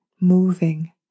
moving